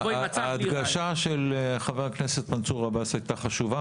תבוא עם הצו --- ההדגשה של חבר הכנסת מנסור עבאס הייתה חשובה,